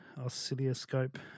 oscilloscope